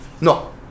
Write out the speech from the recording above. No